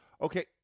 Okay